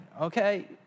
Okay